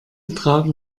tragen